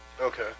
Okay